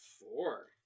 four